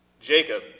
Jacob